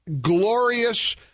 glorious